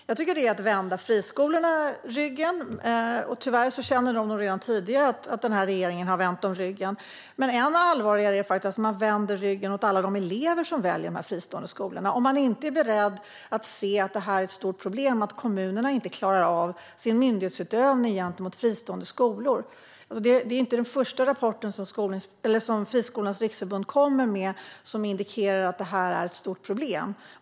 Jag tycker att det är att vända friskolorna ryggen. Tyvärr har de nog redan tidigare känt att den här regeringen har vänt dem ryggen. Men än allvarligare är att man vänder ryggen åt alla de elever som väljer fristående skolor. Man ser inte att det är ett stort problem att kommunerna inte klarar av sin myndighetsutövning gentemot fristående skolor. Det är inte den första rapport som Friskolornas riksförbund kommer med som indikerar att det är ett stort problem.